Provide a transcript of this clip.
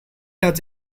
does